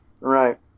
Right